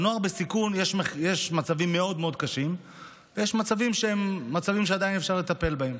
יש נוער בסיכון במצבים מאוד קשים ויש מצבים שאפשר לטפל בהם,